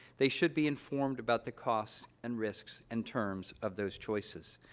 they should be informed about the costs and risks and terms of those choices.